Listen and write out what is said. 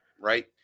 right